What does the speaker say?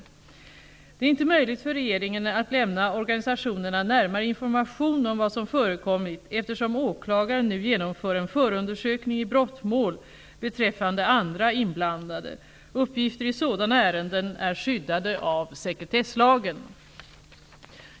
Det är inte möjligt för regeringen att lämna organisationerna närmare information om vad som förekommit, eftersom åklagaren nu genomför en förundersökning i brottmål beträffande andra inblandade. Uppgifter i sådana ärenden är skyddade av sekretesslagen.